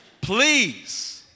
please